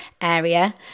area